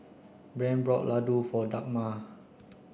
Brant bought Ladoo for Dagmar